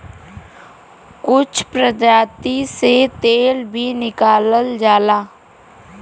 कुछ प्रजाति से तेल भी निकालल जाला